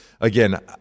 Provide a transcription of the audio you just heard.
again